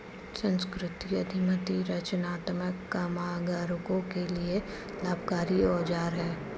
संस्कृति उद्यमिता रचनात्मक कामगारों के लिए लाभकारी औजार है